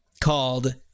called